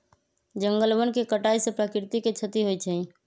जंगल वन के कटाइ से प्राकृतिक के छति होइ छइ